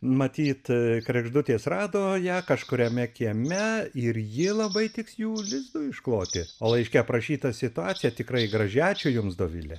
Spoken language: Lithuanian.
matyt kregždutės rado ją kažkuriame kieme ir ji labai tiks jų lizdui iškloti o laiške aprašyta situacija tikrai graži ačiū jums dovile